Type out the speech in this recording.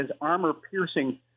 armor-piercing